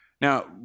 Now